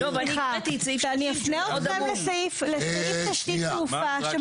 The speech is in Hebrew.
ואני הקראתי את סעיף 30. ואני אפנה אתכם לסעיף תשתית תעופה,